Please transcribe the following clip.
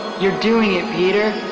you're doing it, peter.